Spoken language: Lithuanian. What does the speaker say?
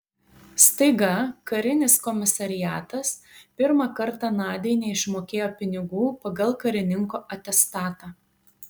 staiga karinis komisariatas pirmą kartą nadiai neišmokėjo pinigų pagal karininko atestatą